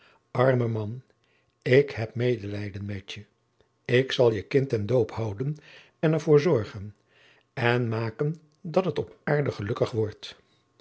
arme man ik heb medelijden met je ik zal je kind ten doop houden en er voor zorgen en maken dat het op aarde gelukkig wordt